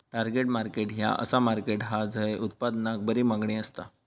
target market ह्या असा market हा झय उत्पादनाक बरी मागणी असता